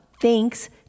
Thanks